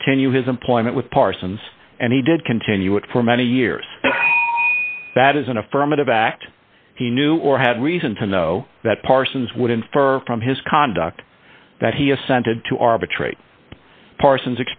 continue his employment with parsons and he did continue it for many years that is an affirmative act he knew or had reason to know that parsons would infer from his conduct that he assented to arbitrate parsons